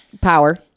power